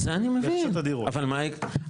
אני מבין,